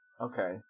Okay